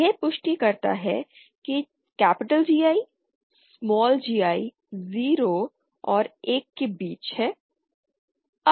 यह पुष्टि करता है कि GI gi 0 और 1 के बीच है